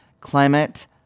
Climate